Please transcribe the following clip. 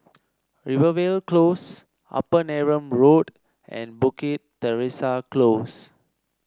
Rivervale Close Upper Neram Road and Bukit Teresa Close